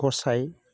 गसाय